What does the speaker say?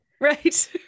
Right